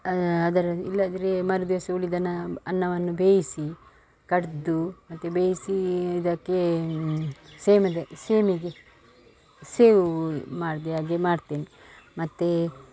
ಅದರ ಇಲ್ಲಂದ್ರೆ ಮರು ದಿವಸ ಉಳಿದ ಅನ್ನವನ್ನು ಬೇಯಿಸಿ ಕಡ್ದು ಮತ್ತೆ ಬೇಯ್ಸಿ ಇದಕ್ಕೆ ಸೇಮಿಗೆ ಸೇಮಿಗೆ ಸೇವು ಮಾಡಿ ಹಾಗೆ ಮಾಡ್ತೇನೆ ಮತ್ತೆ